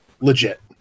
legit